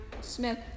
Smith